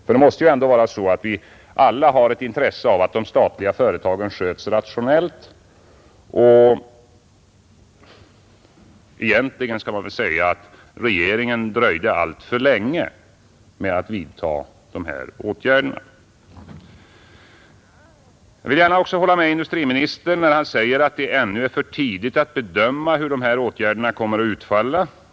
Vi måste ju ändå alla ha ett intresse av att de statliga företagen sköts rationellt, och egentligen kan man väl säga att regeringen dröjde alltför länge med att vidta de här åtgärderna. Jag vill gärna hålla med industriministern när han säger att det ännu är för tidigt att bedöma hur åtgärderna kommer att utfalla.